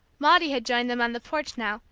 maudie had joined them on the porch now,